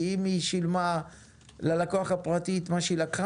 כי אם היא שילמה ללקוח הפרטי את מה שהיא לקחה